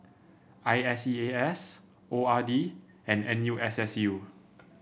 I S E A S O R D and N U S S U